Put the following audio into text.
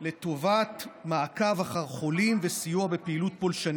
לטובת מעקב אחר חולים וסיוע בפעילות פולשנית.